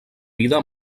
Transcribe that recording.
vida